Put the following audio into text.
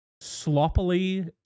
sloppily